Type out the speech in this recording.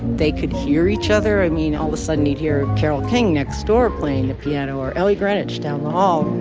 they could hear each other, i mean, all the sudden need hear carole king next door playing the piano or ellie greenwich down the hall